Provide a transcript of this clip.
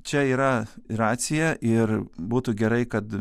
čia yra ir racija ir būtų gerai kad